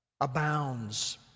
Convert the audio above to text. abounds